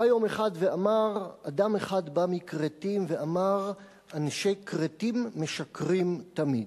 בא יום אחד ואמר: אדם אחד בא מכרתים ואמר שאנשי כרתים משקרים תמיד.